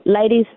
ladies